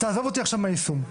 תעזוב אותי עכשיו מהיישום,